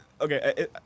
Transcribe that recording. okay